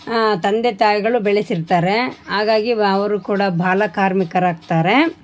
ತಂದೆ ತಾಯಿಗಳು ಬೆಳೆಸಿರ್ತಾರೆ ಹಾಗಾಗಿ ಅವರು ಕೂಡ ಬಾಲಕಾರ್ಮಿಕರಾಗ್ತಾರೆ